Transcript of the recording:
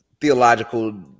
theological